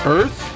Earth